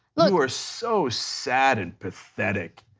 like you are so sad and pathetic.